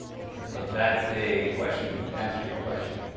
if if that's the question answer to your question.